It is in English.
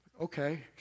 Okay